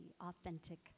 authentic